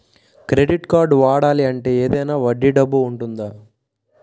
Credit కార్డ్ని వాడాలి అంటే ఏదైనా వడ్డీ డబ్బు ఉంటుందా?